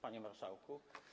Panie Marszałku!